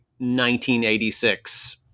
1986